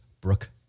Brooke